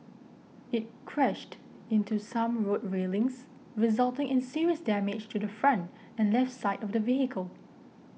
it crashed into some road railings resulting in serious damage to the front and left side of the vehicle